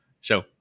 Show